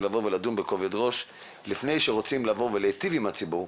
לדון בכובד ראש לפני שרוצים להיטיב עם הציבור,